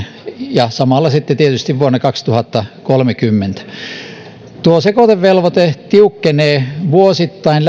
ja samalla sitten tietysti vuonna kaksituhattakolmekymmentä tuo sekoitevelvoite tiukkenee vuosittain